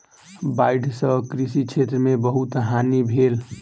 बाइढ़ सॅ कृषि क्षेत्र में बहुत हानि भेल